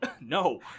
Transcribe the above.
No